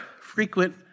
frequent